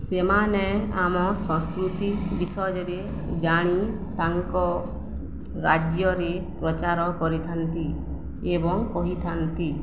ସେମାନେ ଆମ ସଂସ୍କୃତି ବିଷୟରେ ଜାଣି ତାଙ୍କ ରାଜ୍ୟରେ ପ୍ରଚାର କରିଥାନ୍ତି ଏବଂ କହିଥାନ୍ତି